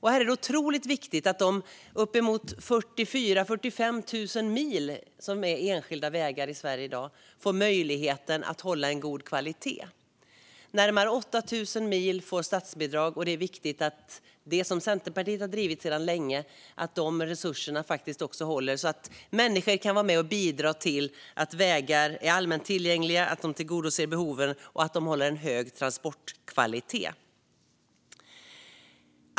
Här är det otroligt viktigt att man för de uppemot 44 000, 45 000 mil som är enskilda vägar i Sverige i dag får möjligheten att hålla en god kvalitet. Man får statsbidrag för närmare 8 000 mil. Det är viktigt att de resurserna finns, något som Centerpartiet drivit länge. Det handlar om att människor kan vara med och bidra till att vägar kan vara allmänt tillgängliga och att de tillgodoser behoven och håller en god transportkvalitet.